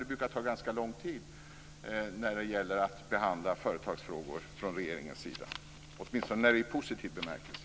Det brukar ju ta ganska lång tid när regeringen ska behandla företagsfrågor, åtminstone när det är i positiv bemärkelse.